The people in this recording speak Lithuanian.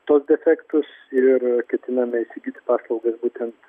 tuos defektus ir ketiname įsigyti paslaugas būtent